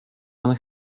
pan